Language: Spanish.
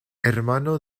hermano